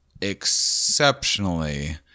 exceptionally